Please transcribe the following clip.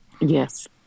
Yes